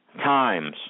times